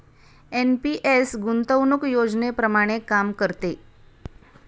NPS गुंतवणूक योजनेप्रमाणे काम करते